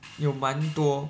有蛮多